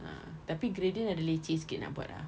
ah tapi gradient ada leceh sikit nak buat ah